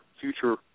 future